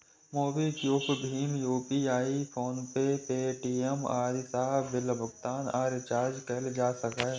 MobiKwik, भीम UPI, PhonePe, Paytm आदि सं बिल भुगतान आ रिचार्ज कैल जा सकैए